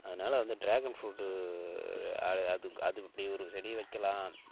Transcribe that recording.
அதனால் வந்து dragon fruit ர அழ் அது அது இப்படி ஒரு செடி வைக்கலாம்